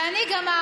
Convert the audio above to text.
ואני גם,